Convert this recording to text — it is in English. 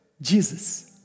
Jesus